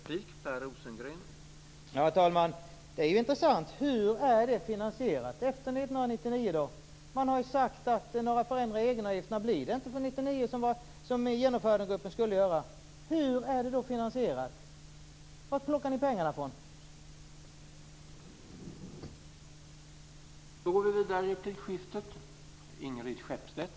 Herr talman! Det var ju intressant. Hur är då pensionssystemet finansierat efter 1999? Man har ju sagt att några förändringar i egenavgifterna, som genomförandegruppen skulle göra, blir det inte för 1999. Hur är det då finansierat? Varifrån plockar ni pengarna?